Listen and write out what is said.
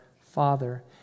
Father